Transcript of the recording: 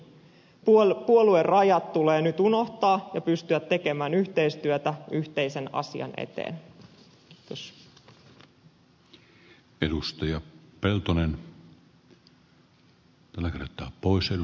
puoluerajat tulee nyt unohtaa ja pystyä tekemään yhteistyötä yhteisen asian eteen